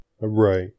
Right